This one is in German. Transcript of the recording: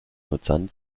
nutzern